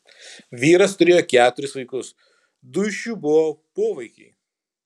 vyras turėjo keturis vaikus du iš jų buvo povaikiai